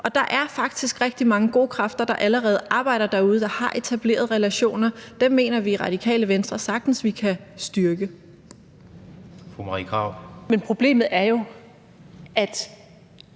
og der er faktisk rigtig mange gode kræfter, der allerede arbejder derude og har etableret relationer. Dem mener vi i Radikale Venstre sagtens vi kan styrke. Kl. 16:49 Tredje